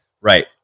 Right